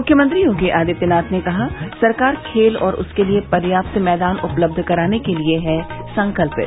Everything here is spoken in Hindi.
मुख्यमंत्री योगी आदित्यनाथ ने कहा सरकार खेल और उसके लिये पर्याप्त मैदान उपलब्ध कराने के लिये है संकल्पित